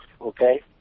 okay